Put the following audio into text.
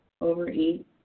overeat